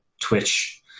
Twitch